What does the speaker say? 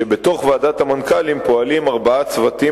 ובתוך ועדת המנכ"לים פועלים ארבעה צוותים